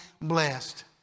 blessed